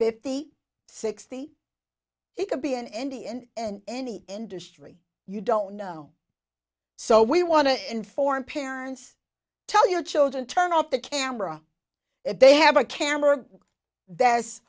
fifty sixty he could be an indian and any industry you don't know so we want to inform parents tell your children turn off the camera if they have a camera